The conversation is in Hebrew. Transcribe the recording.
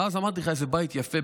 ואז אמרתי לך: איזה בית יפה.